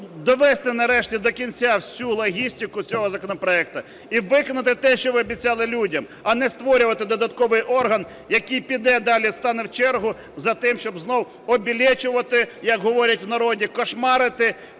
довести, нарешті, до кінця всю логістику цього законопроекту і викинути те, що ви обіцяли людям, а не створювати додатковий орган, який піде далі, стане в чергу за тим, щоб знову обілечувати, як говорять в народі, "кошмарити"